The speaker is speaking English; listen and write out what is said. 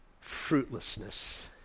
fruitlessness